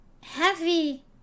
heavy